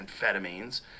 amphetamines